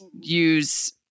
use